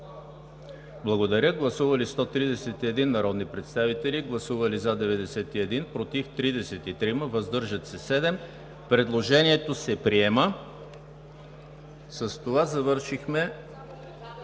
вносителя. Гласували 131 народни представители: за 91, против 33, въздържали се 7. Предложението се приема. С това завършихме